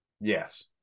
yes